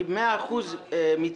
אני מצטרף במאת האחוזים לדעתך.